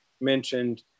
mentioned